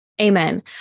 Amen